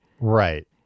Right